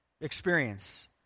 experience